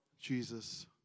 Jesus